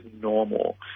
normal